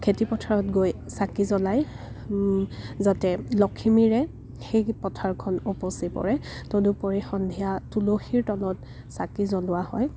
খেতি পথাৰত গৈ চাকি জ্বলায় যাতে লখিমীৰে সেই পথাৰখন উপচি পৰে তদুপৰি সন্ধিয়া তুলসীৰ তলত চাকি জ্বলোৱা হয়